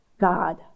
God